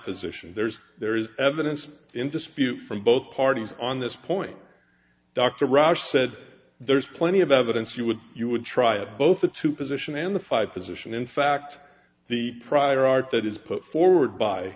position there's there is evidence in dispute from both parties on this point dr ross said there's plenty of evidence you would you would try both the two position and the five position in fact the prior art that is put forward by